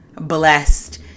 blessed